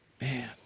Man